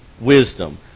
wisdom